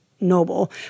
noble